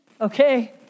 okay